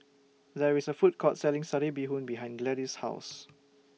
There IS A Food Court Selling Satay Bee Hoon behind Gladys' House